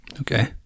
Okay